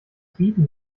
bieten